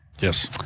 yes